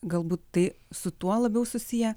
galbūt tai su tuo labiau susiję